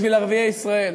בשביל ערביי ישראל,